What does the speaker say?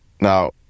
Now